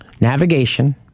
Navigation